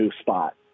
spot